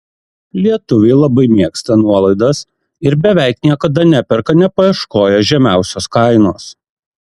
lietuviai labai mėgsta nuolaidas ir beveik niekada neperka nepaieškoję žemiausios kainos